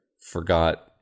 Forgot